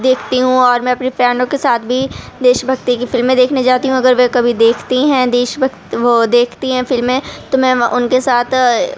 دیکھتی ہوں اور میں اپنی فرینڈوں کے ساتھ بھی دیش بھکتی کی فلمیں دیکھنے جاتی ہوں اگر وہ کبھی دیکھتی ہیں دیش بھکت وہ دیکھتی ہیں فلمیں تو میں وہ اُن کے ساتھ